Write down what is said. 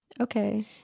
okay